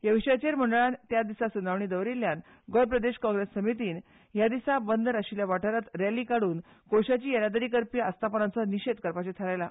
ह्या विशयाचेर मंडळान त्याच दिसा सुनावणी दवरिल्ल्यान गोंय प्रदेश काँग्रेस समितीन त्या दिसा बंदर आशिल्ल्या वाठारांत रॅली काडून कोळशाची येरादारी करपी अस्थापनांचो निशेध करपाचो थारायला